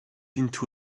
into